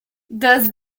does